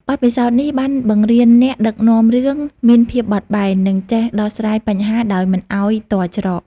បទពិសោធន៍នេះបានបង្រៀនអ្នកដឹកនាំរឿងមានភាពបត់បែន និងចេះដោះស្រាយបញ្ហាដោយមិនឲ្យទាល់ច្រក។